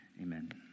Amen